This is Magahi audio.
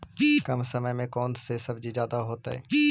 कम समय में कौन से सब्जी ज्यादा होतेई?